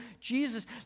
Jesus